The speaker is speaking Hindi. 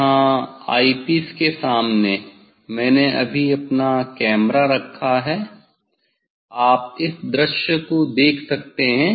यहाँ आई पीस के सामने मैंने अभी अपना कैमरा रखा है आप इस दृश्य को देख सकते हैं